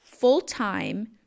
full-time